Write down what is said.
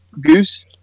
Goose